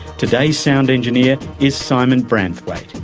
today's sound engineer is simon branthwaite,